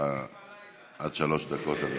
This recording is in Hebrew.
עד שלוש דקות, אדוני.